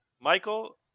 Michael